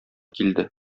килде